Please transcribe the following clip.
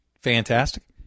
fantastic